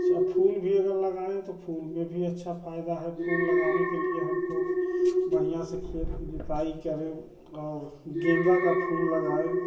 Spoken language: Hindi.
च फूल भी अगर लगाएँ तो फूल में भी अच्छा फायदा है फूल लगाने के लिए हमको बढ़िया से खेत की जुताई करें और गेंदा का फूल लगाएँ